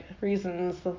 reasons